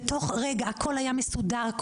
בתוך רגע כל הזכויות היו מסודרות,